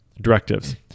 directives